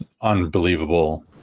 unbelievable